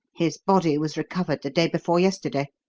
his body was recovered the day before yesterday.